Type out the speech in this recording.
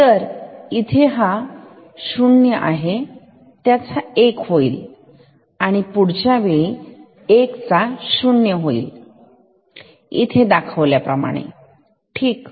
तर इथे हा 0 चा 1 होईल आणि पुढच्या वेळी 1 चा 0 होईल पुढच्या वेळी इथे दाखवल्याप्रमाणे ठीक